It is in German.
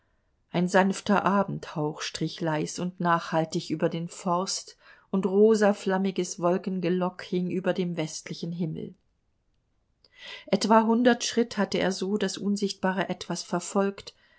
ein sanfter abendhauch strich leis und nachhaltig über den forst und rosaflammiges wolkengelock hing über dem westlichen himmel etwa hundert schritt hatte er so das unsichtbare etwas verfolgt